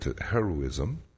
heroism